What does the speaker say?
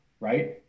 right